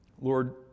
Lord